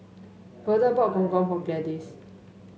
Verda bought Gong Gong for Gladis